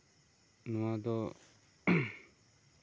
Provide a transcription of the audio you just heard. ᱱᱚᱣᱟ ᱫᱚ